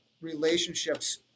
relationships